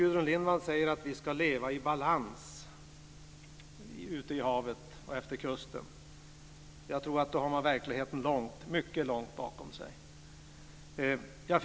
Gudrun Lindvall talar om ett liv i balans - i havet och utefter kusterna. Jag tror att man då har verkligheten mycket långt bakom sig.